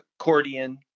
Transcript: accordion